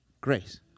grace